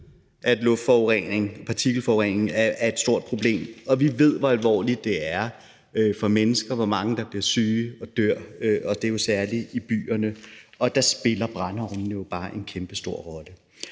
at luftforurening, partikelforurening er et stort problem, og vi ved, hvor alvorligt det er for mennesker – hvor mange der bliver syge og dør. Det er jo særlig i byerne, og der spiller brændeovne bare en kæmpestor rolle.